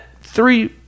three